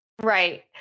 Right